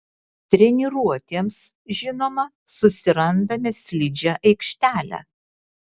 treniruotėms žinoma susirandame slidžią aikštelę